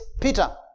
Peter